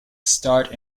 start